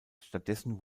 stattdessen